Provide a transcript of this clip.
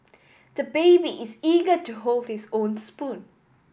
the baby is eager to hold his own spoon